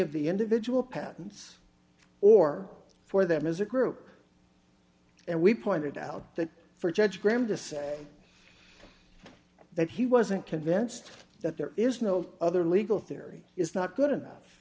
of the individual patents or for them as a group and we pointed out that for judge graham to say that he wasn't convinced that there is no other legal theory is not good enough